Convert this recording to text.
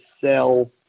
sell